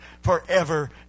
forever